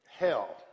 hell